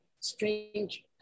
strange